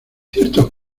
cierto